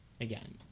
Again